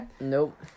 Nope